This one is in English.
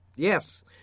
Yes